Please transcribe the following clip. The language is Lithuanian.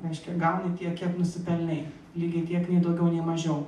reiškia gauni tiek kiek nusipelnei lygiai tiek nei daugiau nei mažiau